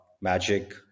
Magic